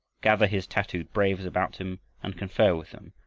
gather his tattooed braves about him and confer with them,